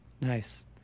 Nice